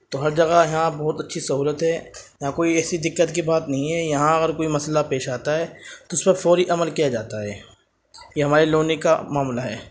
تو ہر جگہ یہاں بہت اچھی سہولتیں یہاں کوئی ایسی دقت کی بات نہیں ہے یہاں اگر کوئی مسئلہ پیش آتا ہے تو اس پہ فوری عمل کیا جاتا ہے یہ ہمارے لونی کا معاملہ ہے